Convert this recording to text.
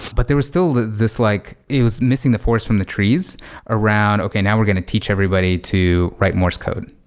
but there was still this like it was missing the forest from the trees around, okay, now we're going to teach everybody to write morse code,